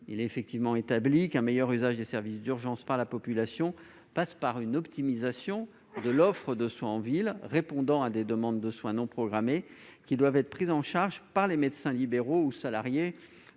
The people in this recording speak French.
sont fortement liées. Un meilleur usage des services d'urgences par la population suppose une optimisation de l'offre de soins en ville, répondant à des demandes de soins non programmés qui doivent être pris en charge par les médecins libéraux ou salariés